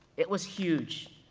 it was huge,